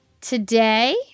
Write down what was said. Today